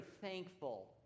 thankful